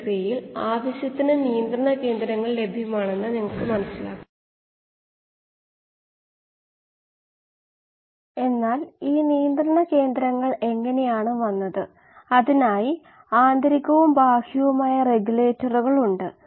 ഒരു പ്രാക്ടീസ് പ്രശ്നം നമുക്ക് നോക്കാം ഞാൻ ഈ പ്രശ്നം നൽകി അടുത്ത പ്രഭാഷണത്തിൽ പരിഹരിക്കും